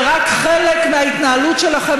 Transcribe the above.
ורק חלק מההתנהלות שלכם,